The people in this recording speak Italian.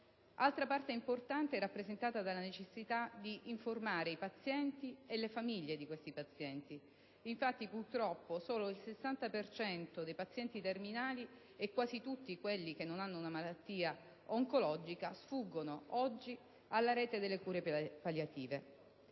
Altra parte importante è rappresentata dalla necessità di informare i pazienti e le loro famiglie; infatti, purtroppo, solo il 60 per cento dei pazienti terminali e quasi tutti quelli che non hanno una malattia oncologica sfuggono oggi alla rete delle cure palliative.